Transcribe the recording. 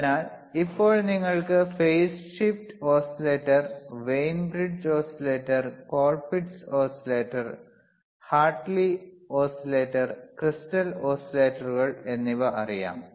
അതിനാൽ ഇപ്പോൾ നിങ്ങൾക്ക് phase shift oscillator Wien bridge oscillator Colpitts oscillator Hartley oscillator crystal ഓസിലേറ്ററുകൾ എന്നിവ അറിയാം